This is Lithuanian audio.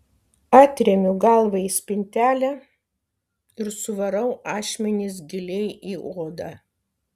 atremiu galvą į spintelę ir suvarau ašmenis giliai į odą